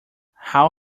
how